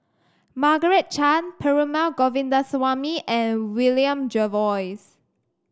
Margaret Chan Perumal Govindaswamy and William Jervois